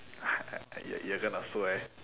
you're you're gonna s~ wear